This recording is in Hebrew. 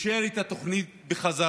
הוא אישר את התוכנית בחזרה,